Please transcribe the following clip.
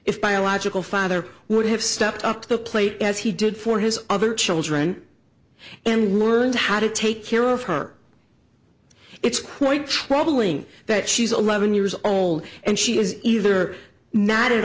if biological father would have stepped up to the plate as he did for his other children and learned how to take care of her it's quite troubling that she's eleven years old and she is either not at